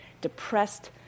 depressed